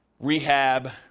rehab